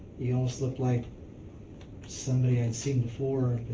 you almost looked like somebody i had seen before,